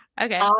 Okay